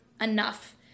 enough